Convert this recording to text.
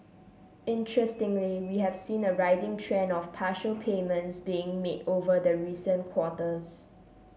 interestingly we have seen a rising trend of partial payments being made over the recent quarters